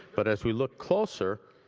but as we look closer,